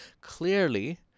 clearly